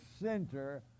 center